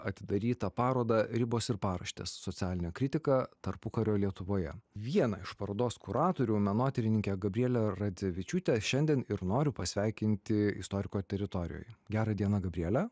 atidarytą parodą ribos ir paraštės socialinė kritika tarpukario lietuvoje vieną iš parodos kuratorių menotyrininkę gabrielę radzevičiūtę šiandien ir noriu pasveikinti istoriko teritorijoje gera diena gabriele